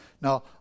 Now